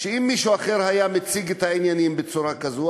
אם מישהו אחר היה מציג את העניינים בצורה כזו,